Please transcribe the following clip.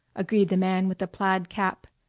agreed the man with the plaid cap.